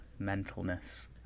mentalness